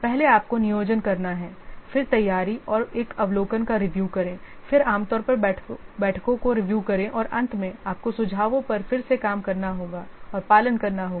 पहले आपको नियोजन करना है फिर तैयारी और एक अवलोकन का रिव्यू करें फिर आमतौर पर बैठकों को रिव्यू करें और अंत में आपको सुझावों पर फिर से काम करना होगा और पालन करना होगा